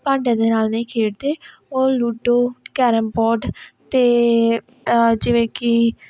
ਭਾਂਡਿਆਂ ਦੇ ਨਾਲ ਨਹੀਂ ਖੇਡਦੇ ਉਹ ਲੂਡੋ ਕੈਰਮ ਬੋਰਡ ਅਤੇ ਜਿਵੇਂ ਕਿ